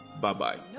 Bye-bye